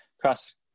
cross